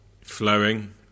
Flowing